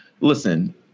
listen –